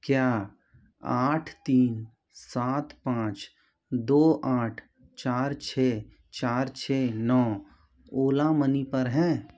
क्या आठ तीन सात पाँच दो आठ चार छः चार छः नौ ओला मनी पर है